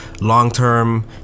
long-term